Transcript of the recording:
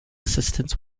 assistants